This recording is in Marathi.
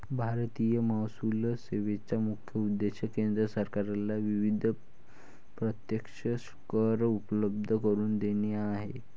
भारतीय महसूल सेवेचा मुख्य उद्देश केंद्र सरकारला विविध प्रत्यक्ष कर उपलब्ध करून देणे हा आहे